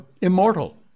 immortal